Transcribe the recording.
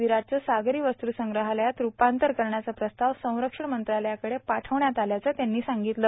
विराटचं सागरी वस्तूसंग्रहालयात रुपांतर करण्याचा प्रस्ताव संरक्षण मंत्रालयाकडे पाठवण्यात आल्याचं त्यांनी सांगितलं